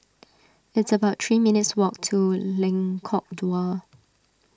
it's about three minutes' walk to Lengkok Dua